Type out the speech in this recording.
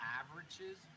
averages